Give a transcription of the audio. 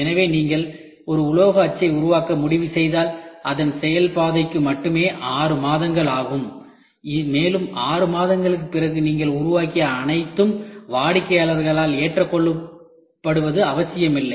எனவே நீங்கள் ஒரு உலோக அச்சை உருவாக்க முடிவு செய்தால்அதன் செயல் பாதைக்கும் மட்டுமே ஆறு மாதங்கள் ஆகும் மேலும் 6 மாதங்களுக்குப் பிறகு நீங்கள் உருவாக்கிய அனைத்தும் வாடிக்கையாளரால் ஏற்றுக்கொள்ளப்படுவது அவசியமில்லை